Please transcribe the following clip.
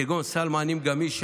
כגון סל מענים גמיש,